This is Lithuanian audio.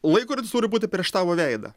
laikrodis turi būti prieš tavo veidą